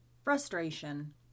Frustration